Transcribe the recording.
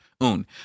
Un